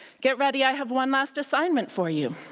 get ready, i have one last assignment for you.